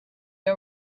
you